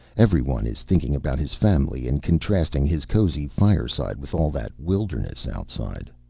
every one is thinking about his family and contrasting his cozy fireside with all that wilderness outside.